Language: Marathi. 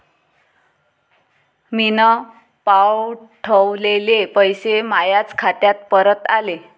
मीन पावठवलेले पैसे मायाच खात्यात परत आले